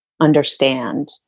understand